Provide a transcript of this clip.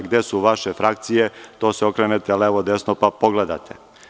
Gde su vaše frakcije, to se okrenete levo i desno i pogledate.